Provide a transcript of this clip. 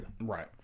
Right